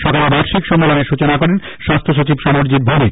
সকালে বার্ষিক সম্মেলনের সূচনা করেন স্বাস্থ্য সচিব সমরজিত ভৌমিক